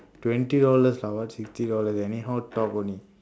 twenty dollars lah what fifty dollar anyhow talk only